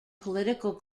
political